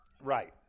right